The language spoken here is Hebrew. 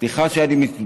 סליחה שאני,